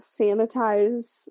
sanitize